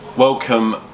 welcome